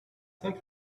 cinq